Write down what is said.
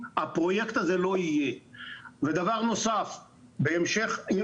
הפרויקט הזה לא יהיה ודבר נוסף תשאלי